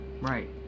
right